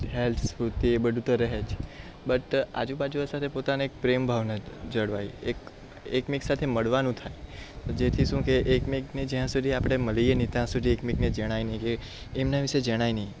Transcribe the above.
health health સ્ફૂર્તિ એ બધું તો રહે જ બટ આજુબાજુ સાથે પોતાને એક પ્રેમ ભાવના જળવાય એક એકમેક સાથે મળવાનું થાય જેથી શું કે એકમેકને જ્યાં સુધી આપણે મળીએ નહીં ત્યાં સુધી એકમેકને જણાય નહીં એમના વિષે જણાય નહીં